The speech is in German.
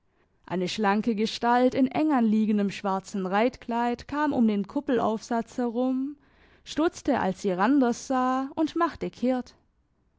eine schlanke gestalt in enganliegendem schwarzen reitkleid kam um den kuppelaufsatz herum stutzte als sie randers sah und machte kehrt